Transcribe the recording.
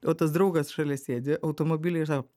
o tas draugas šalia sėdi automobily ir sako